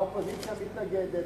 האופוזיציה מתנגדת,